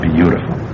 Beautiful